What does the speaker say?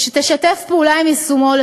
ושתשתף פעולה ביישומם,